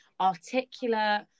articulate